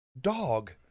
Dog